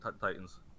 titans